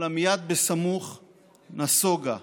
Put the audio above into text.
אולם מייד בסמוך נסוגה.